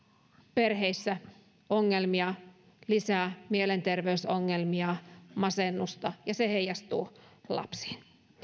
perheissä ongelmia lisää mielenterveysongelmia masennusta ja se heijastuu lapsiin